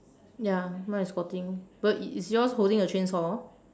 ya mine is squatting but is is yours holding a chainsaw